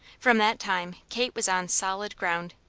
from that time, kate was on solid ground.